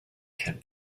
can